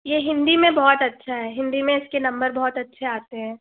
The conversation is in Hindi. ये हिंदी में बहुत अच्छा है हिंदी में इसके नंबर बहुत अच्छे आते हैं